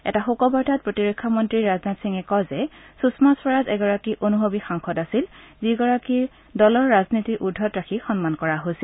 এটা শোকবাৰ্তাত প্ৰতিৰক্ষা মন্ত্ৰী ৰাজনাথ সিঙে কয় যে সুষমা স্বৰাজ এগৰাকী অনুভৱী সাংসদ আছিল যিগৰাকীক দলৰ ৰাজনীতিৰ উৰ্ধত ৰাখি সন্মান কৰা হৈছিল